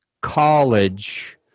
college